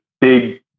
big